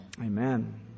Amen